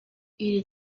iri